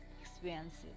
experiences